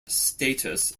status